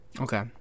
Okay